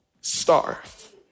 starve